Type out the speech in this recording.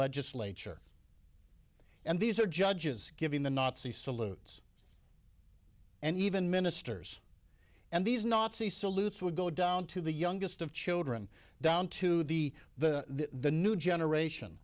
legislature and these are judges giving the nazi salutes and even ministers and these nazi salutes would go down to the youngest of children down to the the the new generation